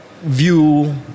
view